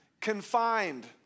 Confined